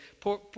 Poor